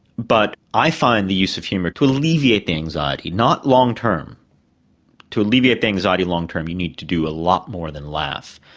but i find the use of humour to alleviate the anxiety-not long term to alleviate anxiety long term you need to do a lot more than laugh.